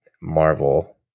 Marvel